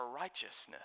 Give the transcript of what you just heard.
righteousness